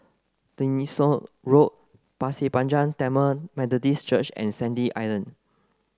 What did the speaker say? Tessensohn Road Pasir Panjang Tamil Methodist Church and Sandy Island